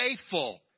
faithful